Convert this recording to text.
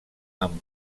amb